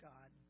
God